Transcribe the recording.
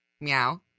meow